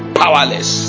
powerless